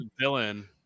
villain